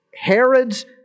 Herod's